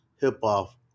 hip-hop